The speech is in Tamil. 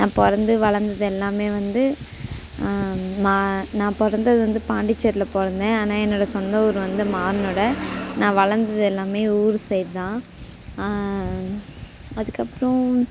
நான் பிறந்து வளர்ந்தது எல்லாமே வந்து ம நான் பிறந்தது வந்து பாண்டிச்சேரியில பிறந்தேன் ஆனால் என்னோடய சொந்த ஊர் வந்து மானுடை நான் வளர்ந்தது எல்லாமே ஊர் சைட் தான் அதுக்கப்பறம்